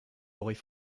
aurait